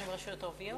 יש שם רשויות ערביות?